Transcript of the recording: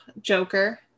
Joker